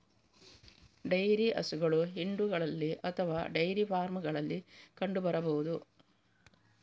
dairy ಹಸುಗಳು ಹಿಂಡುಗಳಲ್ಲಿ ಅಥವಾ ಡೈರಿ ಫಾರ್ಮುಗಳಲ್ಲಿ ಕಂಡು ಬರಬಹುದು